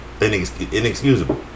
inexcusable